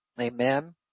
Amen